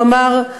הוא אמר: